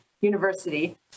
University